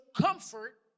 comfort